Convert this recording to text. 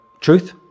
truth